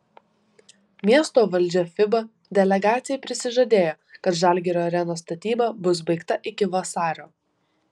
miesto valdžia fiba delegacijai prisižadėjo kad žalgirio arenos statyba bus baigta iki vasario